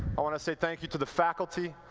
i want to say thank you to the faculty,